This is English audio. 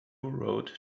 road